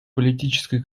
политической